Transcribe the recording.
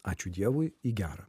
ačiū dievui į gera